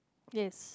yes